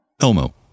elmo